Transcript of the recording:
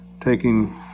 taking